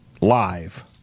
live